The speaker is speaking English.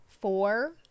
four